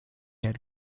had